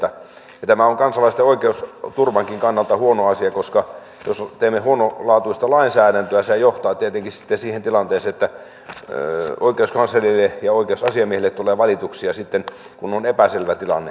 tämä on kansalaisten oikeusturvankin kannalta huono asia koska jos teemme huonolaatuista lainsäädäntöä sehän johtaa tietenkin sitten siihen tilanteeseen että oikeuskanslerille ja oikeusasiamiehelle tulee valituksia sitten kun on epäselvä tilanne